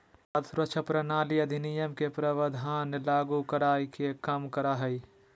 खाद्य सुरक्षा प्रणाली अधिनियम के प्रावधान लागू कराय के कम करा हइ